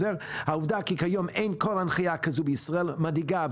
העובדה כי כיום אין כל הנחיה כזו בישראל מדאיגה,